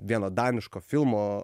vieno daniško filmo